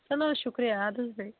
چلو حظ شُکریہِ اَدٕ حظ بِہِو